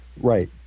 Right